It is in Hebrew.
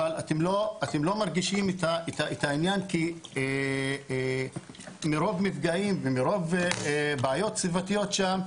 אבל אתם לא מרגישים את העניין כי מרוב מפגעים ומרוב בעיות סביבתיות שם,